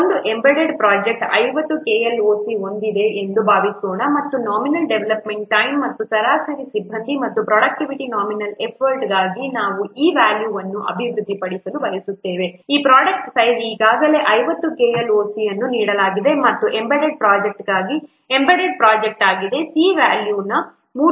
ಒಂದು embedded project 50 KLOC ಹೊಂದಿದೆ ಎಂದು ಭಾವಿಸೋಣ ಮತ್ತು ನಾಮಿನಲ್ ಡೆವಲಪ್ಮೆಂಟ್ ಟೈಮ್ ಮತ್ತು ಸರಾಸರಿ ಸಿಬ್ಬಂದಿ ಮತ್ತು ಪ್ರೊಡಕ್ಟಿವಿಟಿ ನಾಮಿನಲ್ ಎಫರ್ಟ್ಗಾಗಿ ನಾವು ಈ ವ್ಯಾಲ್ಯೂವನ್ನು ಅಭಿವೃದ್ಧಿಪಡಿಸಲು ಬಯಸುತ್ತೇವೆ ಈ ಪ್ರೊಡಕ್ಟ್ ಸೈಜ್ ಈಗಾಗಲೇ 50 KLOC ಅನ್ನು ನೀಡಲಾಗಿದೆ ಮತ್ತು ಎಂಬೆಡೆಡ್ ಪ್ರಾಜೆಕ್ಟ್ಗಾಗಿ ಎಂಬೆಡೆಡ್ ಪ್ರಾಜೆಕ್ಟ್ ಆಗಿದೆ c ನ ವ್ಯಾಲ್ಯೂ 3